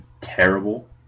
terrible